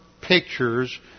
pictures